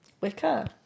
Wicker